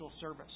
service